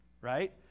right